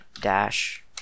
dash